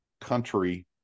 country